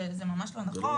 זה ממש לא נכון.